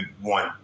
one